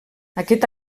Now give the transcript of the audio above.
aquest